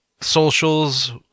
socials